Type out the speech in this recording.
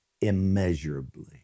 immeasurably